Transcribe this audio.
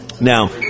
Now